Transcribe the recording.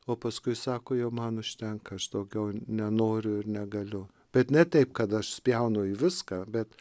o paskui sako jau man užtenka aš daugiau nenoriu ir negaliu bet ne taip kad aš spjaunu į viską bet